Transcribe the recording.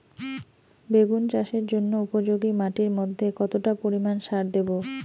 বেগুন চাষের জন্য উপযোগী মাটির মধ্যে কতটা পরিমান সার দেব?